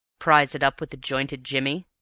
prise it up with the jointed jimmy.